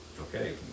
okay